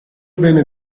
venne